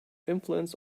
influence